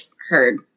heard